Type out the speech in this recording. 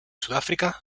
sudáfrica